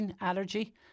allergy